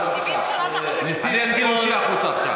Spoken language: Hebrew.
אני אתחיל להוציא החוצה עכשיו.